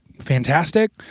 fantastic